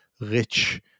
rich